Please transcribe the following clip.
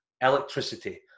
Electricity